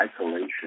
isolation